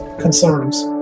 concerns